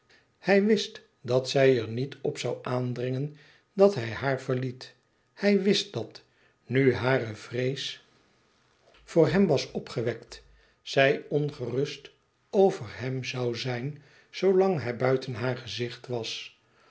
hij wist dat zij er niet op zou aandringen dat hij haar verliet hij wist dat nu hare vrees voor hem was i a a onze wkdkrzudschk vrrnd opgewekt lij ongerust over hem zou zijn zoolang hij buiten haar gezicht was